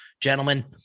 Gentlemen